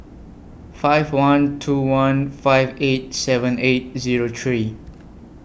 five one two one five eight seven eight Zero three